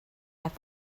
have